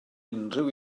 unrhyw